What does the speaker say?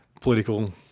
political